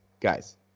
guys